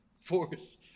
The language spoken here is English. force